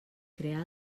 crear